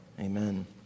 Amen